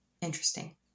interesting